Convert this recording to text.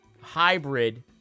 hybrid